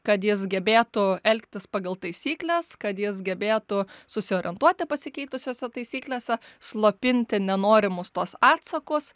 kad jis gebėtų elgtis pagal taisykles kad jis gebėtų susiorientuoti pasikeitusiose taisyklėse slopinti nenorimus tuos atsakus